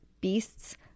beasts